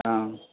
औ